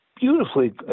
beautifully